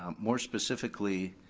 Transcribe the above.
um more specifically,